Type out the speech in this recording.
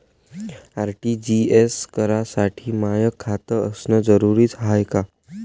RTGS करासाठी माय खात असनं जरुरीच हाय का?